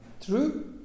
True